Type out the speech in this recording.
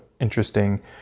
interesting